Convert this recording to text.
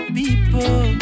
people